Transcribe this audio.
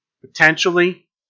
potentially